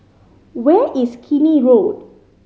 where is Keene Road